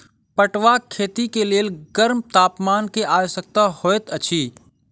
पटुआक खेती के लेल गर्म तापमान के आवश्यकता होइत अछि